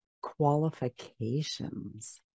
qualifications